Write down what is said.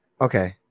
okay